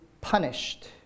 punished